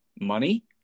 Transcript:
money